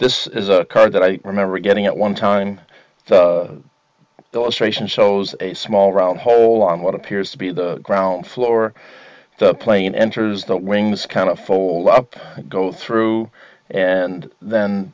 this is a card that i remember getting at one time so those ration shows a small round hole on what appears to be the ground floor the plane enters the wings kind of fold up go through and then